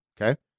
okay